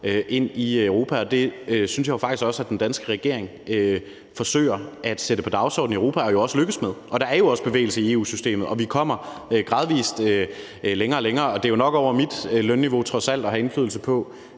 ind i Europa, og jeg synes jo faktisk også, at den danske regering forsøger at sætte det på dagsordenen i Europa, og at den også er lykkedes med det. Og der er jo også bevægelse i EU-systemet, og vi kommer gradvis længere og længere, og det er trods alt nok over mit lønniveau at have indflydelse på,